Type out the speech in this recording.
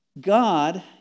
God